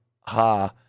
ha